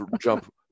jump